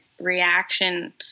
reaction